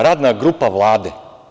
Radna grupa Vlade.